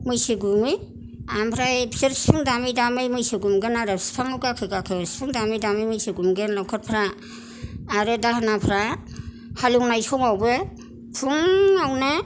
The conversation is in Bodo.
मैसो गुमो आमफ्राय बिसोर सिफुं दामै दामै मैसो गुमगोन आरो बिफांआव गाखो गाखो सिफुं दामै दामै मैसौ गुमगोन लावखारफ्रा आरो दाहोनाफ्रा हालेवनाय समावबो फुङावनो